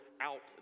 out